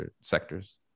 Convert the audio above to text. sectors